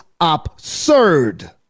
absurd